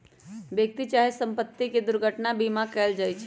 व्यक्ति चाहे संपत्ति के दुर्घटना बीमा कएल जाइ छइ